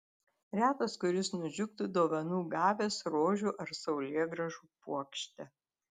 retas kuris nudžiugtų dovanų gavęs rožių ar saulėgrąžų puokštę